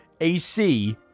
AC